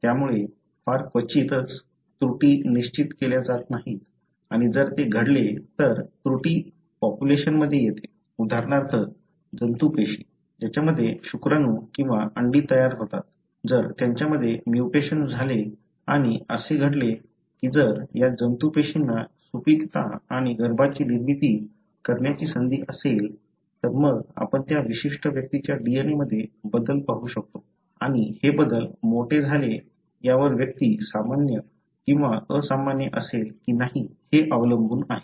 त्यामुळे फार क्वचितच त्रुटी निश्चित केल्या जात नाहीत आणि जर ते घडले तर त्रुटी पॉप्युलेशनमध्ये येते उदाहरणार्थ जंतू पेशी ज्यामध्ये शुक्राणू किंवा अंडी तयार होतात जर त्यांच्यामध्ये म्युटेशन्स झाले आणि असे घडले की जर या जंतू पेशींना सुपिकता आणि गर्भाची निर्मिती करण्याची संधी असेल तर मग आपण त्या विशिष्ट व्यक्तीच्या DNA मध्ये बदल पाहू शकतो आणि हे बदल कोठे झाले यावर व्यक्ती सामान्य किंवा असामान्य असेल की नाही हे अवलंबून आहे